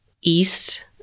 east